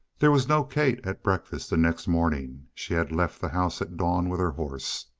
there was no kate at breakfast the next morning. she had left the house at dawn with her horse.